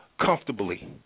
comfortably